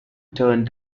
turned